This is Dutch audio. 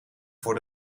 voor